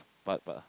but but